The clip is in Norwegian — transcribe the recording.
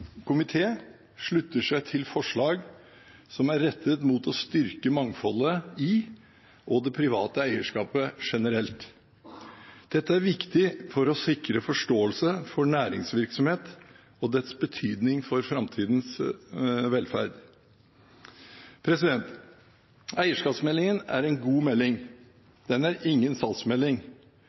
slutter seg til forslag som er rettet mot å styrke mangfoldet i og det private eierskapet generelt. Dette er viktig for å sikre forståelse for næringsvirksomhet og dens betydning for framtidig velferd. Eierskapsmeldingen er en god melding. Den er ingen salgsmelding,